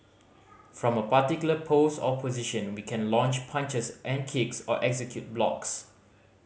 from a particular pose or position we can launch punches and kicks or execute blocks